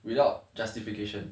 without justification